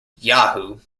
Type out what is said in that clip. yahoo